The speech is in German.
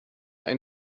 ein